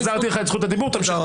החזרתי לך את זכות הדיבור, תמשיך.